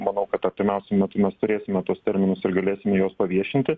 manau kad artimiausiu metu mes turėsime tuos terminus ir galėsim juos paviešinti